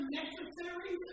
necessary